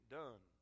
done